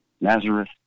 Nazareth